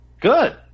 Good